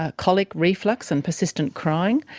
ah colic, reflux, and persistent crying.